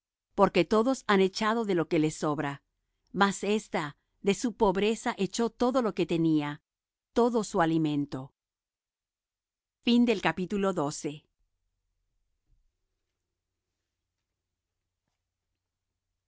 porque todos han echado de lo que les sobra mas ésta de su pobreza echó todo lo que tenía todo su alimento y